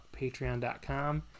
patreon.com